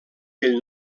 bell